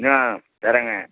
ஆ தர்றேன்ங்க